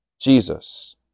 Jesus